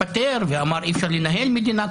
יש לי לשאול את הייעוץ המשפטי באילו מדינות